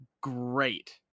great